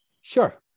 sure